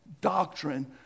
doctrine